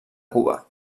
cuba